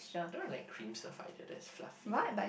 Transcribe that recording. don't really like cream stuff either that's fluffy